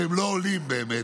שהם לא עולים באמת,